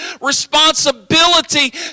responsibility